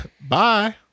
Bye